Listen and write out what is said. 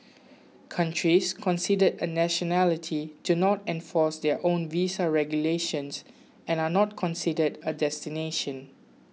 countries considered a nationality do not enforce their own visa regulations and are not considered a destination